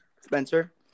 Spencer